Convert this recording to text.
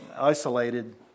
isolated